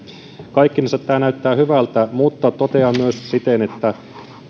kaikkinensa tämä näyttää hyvältä mutta totean myös siten että